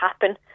happen